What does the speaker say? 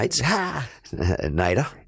Nader